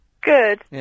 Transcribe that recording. Good